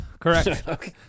Correct